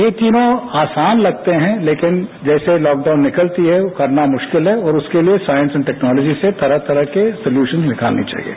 यह तीनों आसान लगते हैं लेकिन जैसे लॉकडाउन निकलती है करना मुश्किल है और उसके लिये साइंस एंड टैक्नोलॉजी से तरह तरह के साल्यूशन्स निकालने चाहिये